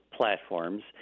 platforms